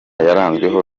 yaranzwe